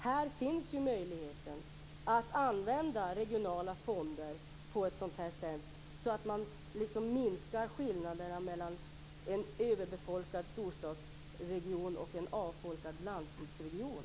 Här finns ju möjlighet att använda regionala fonder på ett sådant sätt att man minskar skillnaderna mellan en överbefolkad storstadsregion och en avfolkad landsbygdsregion.